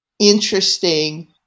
Interesting